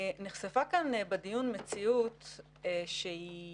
נחשפה כאן בדיון מציאות שהיא